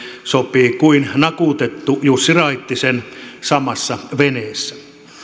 sopii kuin nakutettu jussi raittisen samassa veneessä